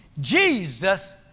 Jesus